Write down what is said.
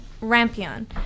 Rampion